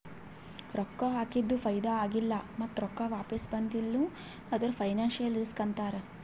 ರೊಕ್ಕಾ ಹಾಕಿದು ಫೈದಾ ಆಗಿಲ್ಲ ಮತ್ತ ರೊಕ್ಕಾ ವಾಪಿಸ್ ಬಂದಿಲ್ಲ ಅಂದುರ್ ಫೈನಾನ್ಸಿಯಲ್ ರಿಸ್ಕ್ ಅಂತಾರ್